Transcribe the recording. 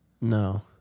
No